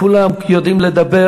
כולם יודעים לדבר,